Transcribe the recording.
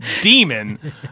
demon